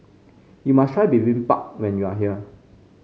you must try Bibimbap when you are here